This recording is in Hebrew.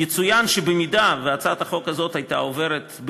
יצוין שאם הצעת החוק הייתה עוברת,